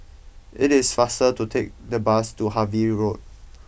it is faster to take the bus to Harvey Road